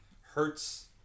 hurts